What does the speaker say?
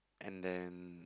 and then